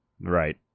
Right